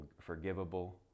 forgivable